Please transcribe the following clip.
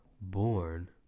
born